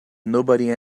nobody